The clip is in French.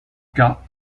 cas